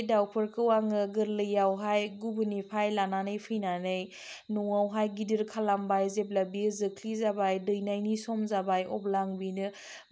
बि दाउफोरखौ आङो गोदलैयावहाय गुबुननिफाय लानानै फैनानै नवावहाय गिदिर खालामबाय जेब्ला बियो जोख्लि जाबाय दैनायनि सम जाबाय अब्ला आं बिनो